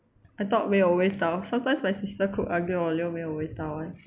I thought 没有味道 sometimes my sister cook aglio olio 没有味道 [one]